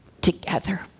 together